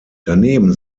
daneben